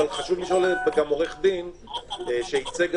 חבר'ה, אתם רוצים לצלול, תצללו.